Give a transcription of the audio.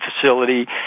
facility